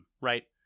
right